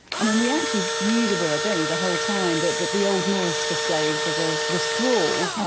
and then we actually use a word don't we the whole time that that the old norse for slave was a was thrall.